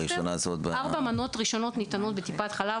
ארבע המנות הראשונות ניתנות בטיפת חלב